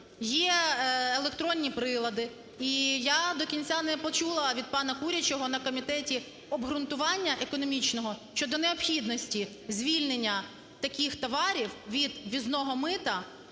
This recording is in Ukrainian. є електронні прилади, і я до кінця не почула від пана Курячого на комітеті обґрунтування економічного щодо необхідності звільнення таких товарів від в'їзного мита